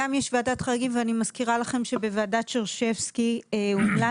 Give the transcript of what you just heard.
גם יש ועדת חריגים ואני מזכירה לכם שבוועדת שרשבסקי הומלץ,